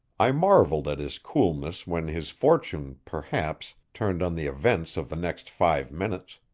i marveled at his coolness when his fortune, perhaps, turned on the events of the next five minutes.